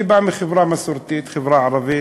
אני בא מחברה מסורתית, חברה ערבית,